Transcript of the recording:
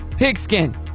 Pigskin